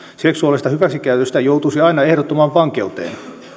seksuaalisesta hyväksikäytöstä joutuisi aina ehdottomaan vankeuteen